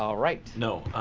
alright. no,